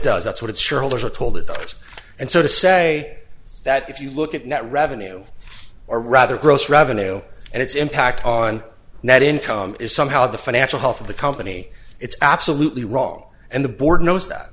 does that's what its shareholders are told it goes and so to say that if you look at net revenue or rather gross revenue and its impact on net income is somehow the financial health of the company it's absolutely wrong and the board knows that